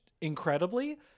incredibly